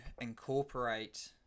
incorporate